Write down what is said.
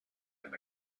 and